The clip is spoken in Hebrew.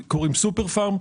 לשני קוראים "סופר פארם",